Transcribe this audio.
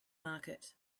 market